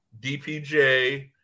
DPJ